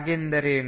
ಹಾಗೆಂದರೇನು